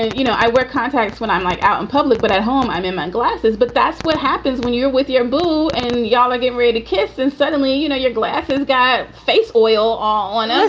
you know, i wear contacts when i'm like out in public, but at home i'm in my glasses. but that's what happens when you're with your blue and y'all are getting ready to kiss and suddenly, you know, your glasses got face oil on us